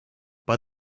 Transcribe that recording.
but